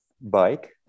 bike